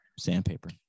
sandpaper